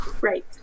Right